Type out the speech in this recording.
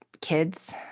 kids